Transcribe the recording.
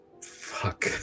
fuck